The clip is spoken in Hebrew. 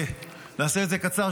נעשה את זה קצר,